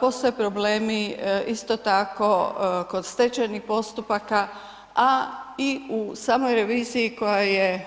Postoje problemi isto tako kod stečajnih postupaka, a i u samoj reviziji koja je